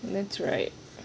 that's right